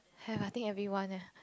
have I think everyone ah